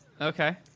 Okay